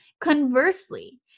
Conversely